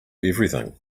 everything